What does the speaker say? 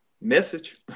Message